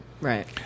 Right